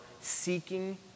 seeking